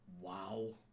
wow